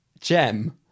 Gem